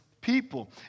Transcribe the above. people